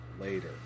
later